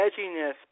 edginess